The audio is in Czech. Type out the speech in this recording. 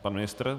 Pan ministr?